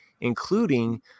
including